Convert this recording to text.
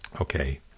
Okay